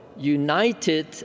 united